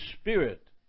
Spirit